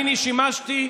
אני שימשתי,